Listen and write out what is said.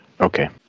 Okay